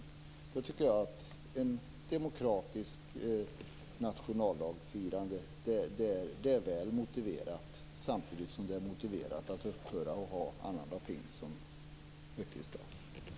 Jag tycker att ett demokratiskt nationaldagsfirande mot den bakgrunden är väl motiverat, samtidigt som det är motiverat att upphöra med att ha annandag pingst som högtidsdag.